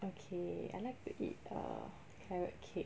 okay I like to eat uh carrot cake